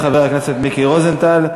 יעלה חבר הכנסת מיקי רוזנטל,